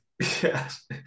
Yes